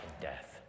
death